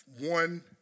one